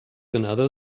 another